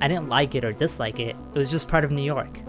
i didn't like it or dislike it. it was just part of new york